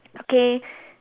okay